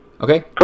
Okay